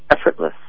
effortless